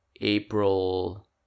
April